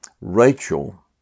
Rachel